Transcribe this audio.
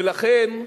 ולכן,